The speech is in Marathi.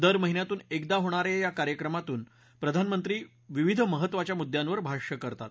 दर महिन्यातून एकदा होणा या या कार्यक्रमातून प्रधानमंत्री विविध महत्वाच्या मुद्यांवर भाष्य करतात